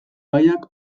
gaiak